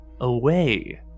away